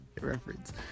reference